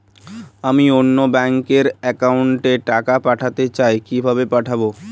আমি অন্য ব্যাংক র অ্যাকাউন্ট এ টাকা পাঠাতে চাই কিভাবে পাঠাবো?